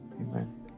Amen